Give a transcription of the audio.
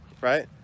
right